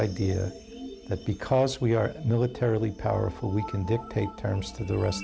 idea that because we are militarily powerful we can dictate terms to the rest